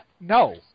No